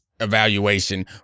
Evaluation